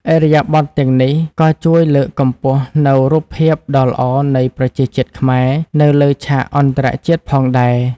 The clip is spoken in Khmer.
ឥរិយាបថទាំងនេះក៏ជួយលើកកម្ពស់នូវរូបភាពដ៏ល្អនៃប្រជាជាតិខ្មែរនៅលើឆាកអន្តរជាតិផងដែរ។